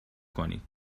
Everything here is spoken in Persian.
کنید